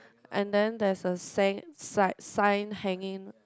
and then there is a sign hanging